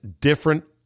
different